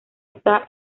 está